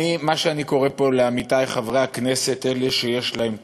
אני קורא פה לעמיתי חברי הכנסת, אלה יש להם כוח,